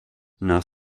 nach